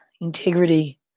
integrity